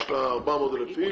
יש לה 400 אלף איש,